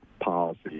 policy